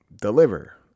deliver